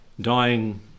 dying